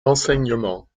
enseignement